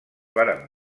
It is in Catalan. varen